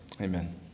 amen